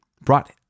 brought